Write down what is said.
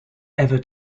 ever